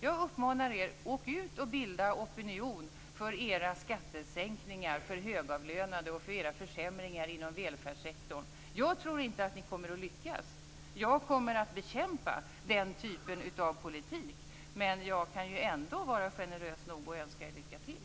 Jag uppmanar er: Åk ut och bilda opinion för era skattesänkningar för högavlönade och för era försämringar inom välfärdssektorn! Jag tror inte att ni kommer att lyckas. Jag kommer att bekämpa den typen av politik men jag kan ändå vara generös nog och önska er lycka till.